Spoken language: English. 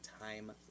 time